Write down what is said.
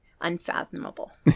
unfathomable